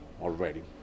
already